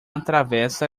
atravessa